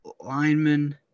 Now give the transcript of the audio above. lineman